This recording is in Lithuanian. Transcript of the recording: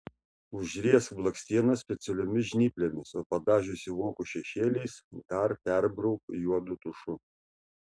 užriesk blakstienas specialiomis žnyplėmis o padažiusi vokus šešėliais dar perbrauk juodu tušu